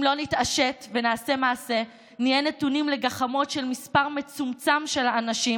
אם לא נתעשת ונעשה מעשה נהיה נתונים לגחמות של מספר מצומצם של אנשים,